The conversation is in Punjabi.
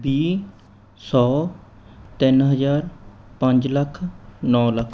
ਵੀਹ ਸੌ ਤਿੰਨ ਹਜ਼ਾਰ ਪੰਜ ਲੱਖ ਨੌ ਲੱਖ